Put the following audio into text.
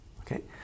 okay